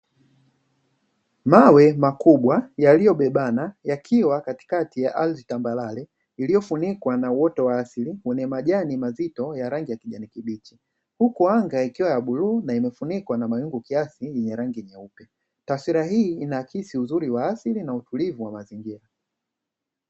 Mawe makubwa yaliyobebana yakiwa katikati ya ardhi tambarare iliyofunikwa na wote wa asili wenye majani mazito ya rangi ya kijani kibichi huku anga ikiwa ya buluu na imefunikwa na mawingu kiasi mwenye rangi nyeupe, taswira hii inaakisi uzuri wa asili na utulivu wa mazingira.